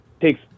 takes